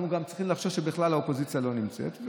אנחנו גם צריכים לחשוש שבכלל האופוזיציה לא נמצאת,